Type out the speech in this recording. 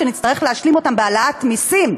שנצטרך להשלים אותן בהעלאת מסים,